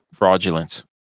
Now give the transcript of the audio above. Fraudulence